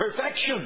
perfection